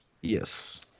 Yes